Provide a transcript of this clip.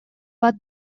bat